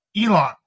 Elon